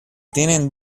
tienen